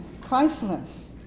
priceless